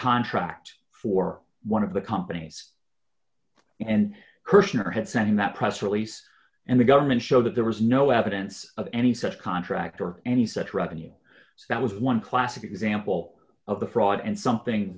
contract for one of the companies and kirshner had sent in that press release and the government show that there was no evidence of any such contract or any such revenue that was one classic example of the fraud and something